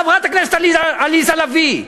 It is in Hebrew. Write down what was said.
חברת הכנסת עליזה לביא,